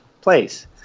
place